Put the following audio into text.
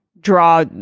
draw